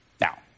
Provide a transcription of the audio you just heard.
Now